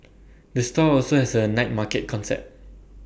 the store also has A night market concept